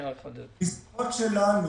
בשיחות שלנו